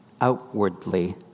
outwardly